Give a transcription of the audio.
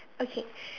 okay